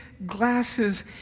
glasses